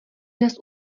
dnes